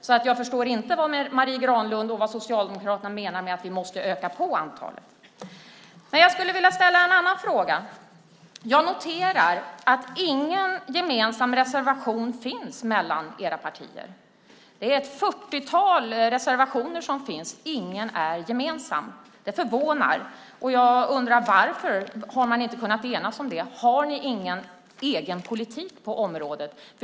Jag förstår därför inte vad Marie Granlund och Socialdemokraterna menar med att vi måste öka antalet. Jag skulle vilja ta upp en annan fråga. Jag noterar att ingen gemensam reservation finns från era partier. Det finns ett fyrtiotal reservationer, men ingen är gemensam. Det förvånar, och jag undrar varför det är så. Har ni inte kunnat enas? Har ni ingen egen politik på området?